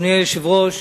אדוני היושב-ראש,